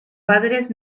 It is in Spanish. padres